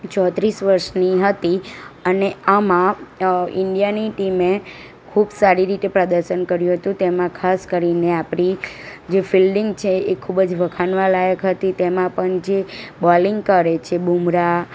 ચોત્રીસ વર્ષની હતી અને આમાં ઈન્ડિયાની ટીમે ખૂબ સારી રીતે પ્રદર્શન કર્યું હતું તેમાં ખાસ કરીને આપણી જે ફિલ્ડિંગ છે એ ખૂબ જ વખાણવા લાયક હતી તેમાં પણ જે બોલિંગ કરે છે બૂમરાહ